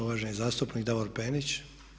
Uvaženi zastupnik Davor Penić.